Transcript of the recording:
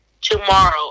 tomorrow